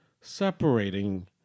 separating